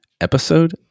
Episode